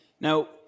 Now